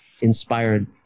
inspired